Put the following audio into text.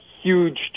Huge